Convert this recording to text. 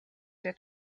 der